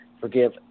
forgive